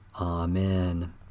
Amen